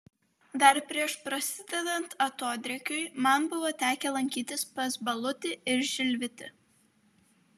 dar prieš prasidedant atodrėkiui man buvo tekę lankytis pas balutį ir žilvitį